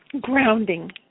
grounding